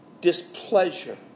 displeasure